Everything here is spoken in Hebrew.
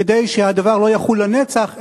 כדי שהדבר לא יחול לנצח,